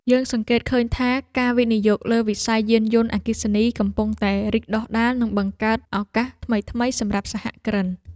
យើងសង្កេតឃើញថាការវិនិយោគលើវិស័យយានយន្តអគ្គិសនីកំពុងតែរីកដុះដាលនិងបង្កើតឱកាសថ្មីៗសម្រាប់សហគ្រិន។